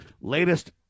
latest